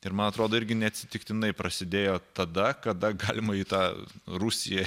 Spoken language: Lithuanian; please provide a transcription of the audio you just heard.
ir man atrodo irgi neatsitiktinai prasidėjo tada kada galima į tą rusiją